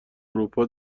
اروپا